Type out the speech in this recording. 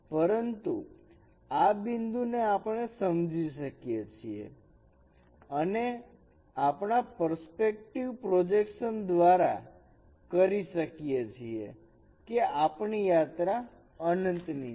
પરંતુ આ બિંદુ ને આપણે સમજી શકીએ છીએ અને આપણા પરસ્પેક્ટિવ પ્રોજેક્શન દ્વારા કરી શકીએ છીએ કે આપણી યાત્રા અનંતની છે